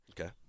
Okay